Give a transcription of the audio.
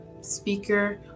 speaker